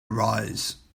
arise